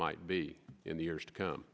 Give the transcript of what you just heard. might be in the years to come